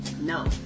No